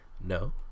No